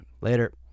later